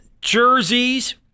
jerseys